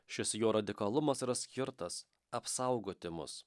šis jo radikalumas yra skirtas apsaugoti mus